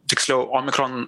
tiksliau omikron